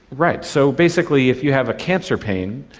right. so basically if you have a cancer pain,